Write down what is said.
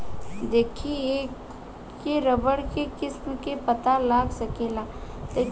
देखिए के रबड़ के किस्म के पता लगा सकेला